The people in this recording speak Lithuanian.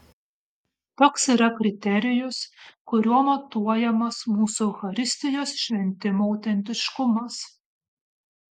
toks yra kriterijus kuriuo matuojamas mūsų eucharistijos šventimų autentiškumas